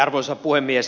arvoisa puhemies